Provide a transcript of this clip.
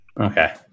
Okay